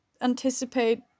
anticipate